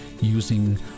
using